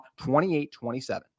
28-27